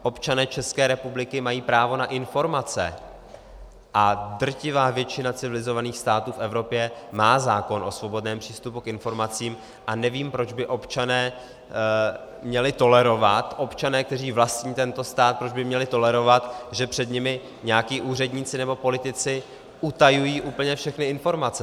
Občané České republiky mají právo na informace a drtivá většina civilizovaných států v Evropě má zákon o svobodném přístupu k informacím a nevím, proč by občané měli tolerovat, občané, kteří vlastní tento stát, proč by měli tolerovat, že před nimi nějací úředníci nebo politici utajují úplně všechny informace.